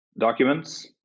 documents